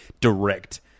direct